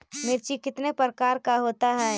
मिर्ची कितने प्रकार का होता है?